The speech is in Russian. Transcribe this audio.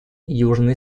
южный